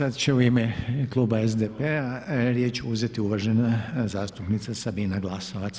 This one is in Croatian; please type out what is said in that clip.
Evo sad će u ime Kluba SDP-a riječ uzeti uvažena zastupnica Sabina Glasovac.